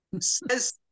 says